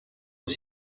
aux